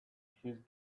his